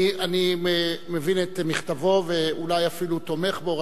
אני מבין את מכתבו, ואולי אפילו תומך בו.